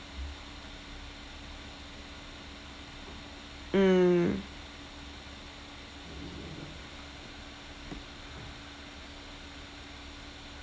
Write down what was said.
mm